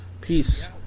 Peace